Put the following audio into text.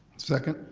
second.